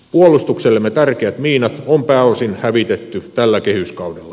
puolustuksellemme tärkeä miinat on pääosin hävitetty tällä kehyskaudella